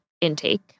intake